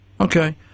Okay